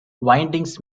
windings